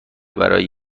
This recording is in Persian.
برای